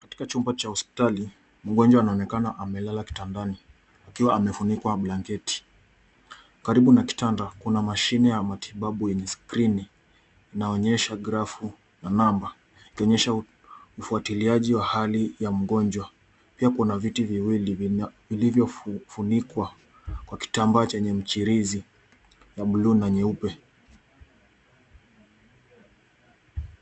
Katika chumba cha hospitali, mgonjwa anaonekana amelala kitandani akiwa amefunikwa na blanketi. Karibu na kitanda kuna mashine ya matibabu yenye skrini . Inaonyesha grafu na namba ikionyesha ufuatiliaji wa hali ya mgonjwa. Pia kuna viti viwili vilivyofunikwa kwa kitambaa chenye mchirizi ya buluu na nyeupe.